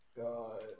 God